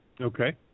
Okay